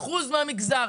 1% מהמגזר?